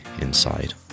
inside